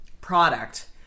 product